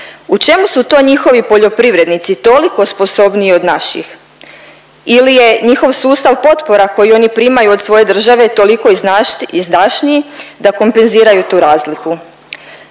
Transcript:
U čemu su to njihovi poljoprivrednici toliko sposobniji od naših ili je njihov sustav potpora koji oni primaju od svoje države toliko izdašniji da kompenziraju tu razliku.